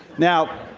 now,